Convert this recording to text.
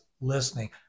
listening